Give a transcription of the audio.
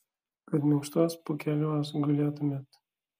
kad minkštuos pūkeliuos gulėtumėt